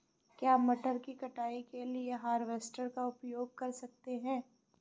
क्या मटर की कटाई के लिए हार्वेस्टर का उपयोग कर सकते हैं?